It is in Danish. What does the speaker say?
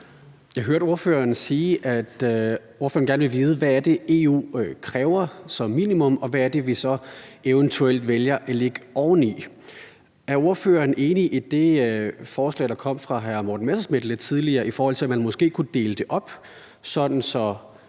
Jeg hørte ordføreren sige, at ordføreren gerne ville vide, hvad det er, EU kræver som minimum, og hvad det så er, vi eventuelt vælger at lægge oveni. Er ordføreren enig i det forslag, der kom fra hr. Morten Messerschmidt lidt tidligere, i forhold til at man måske kunne dele det op, sådan at